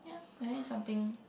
I want eat something